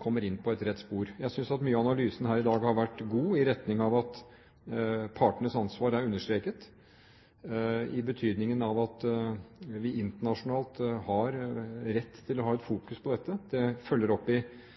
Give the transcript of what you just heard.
kommer inn på et rett spor. Jeg synes at mye av analysen her i dag har vært god, i retning av at partenes ansvar er understreket, i betydningen av at vi internasjonalt har rett til å fokusere på dette. Det følger opp en annen debatt, om hvorvidt det er innblanding i